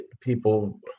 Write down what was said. people –